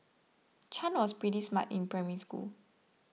Chan was pretty smart in Primary School